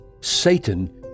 Satan